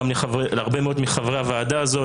גם להרבה מאוד מחברי הוועדה הזאת,